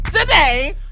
today